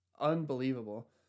unbelievable